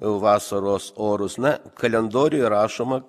vasaros orus na kalendoriuj rašoma